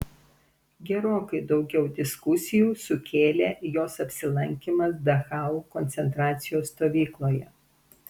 gerokai daugiau diskusijų sukėlė jos apsilankymas dachau koncentracijos stovykloje